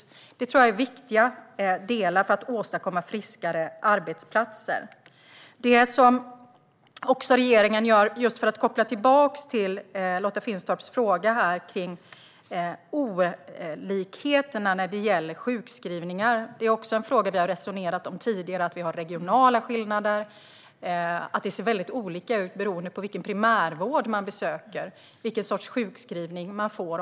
Detta tror jag är viktiga delar för att åstadkomma friskare arbetsplatser. Olikheterna när det gäller sjukskrivningar är också en fråga som vi har resonerat om tidigare: att vi har regionala skillnader, att det ser väldigt olika ut vilken sorts sjukskrivning man får beroende på vilken primärvård man besöker och om man får någon sjukskrivning eller inte.